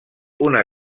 una